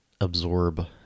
absorb